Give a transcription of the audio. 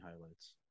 highlights